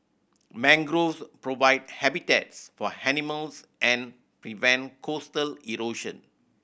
mangroves provide habitats for animals and prevent coastal erosion